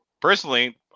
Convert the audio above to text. personally